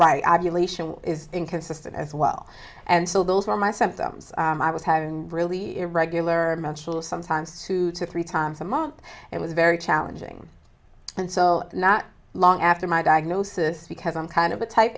psyche is inconsistent as well and so those were my symptoms i was having really irregular sometimes two to three times a month it was very challenging and not long after my diagnosis because i'm kind of a type